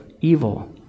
evil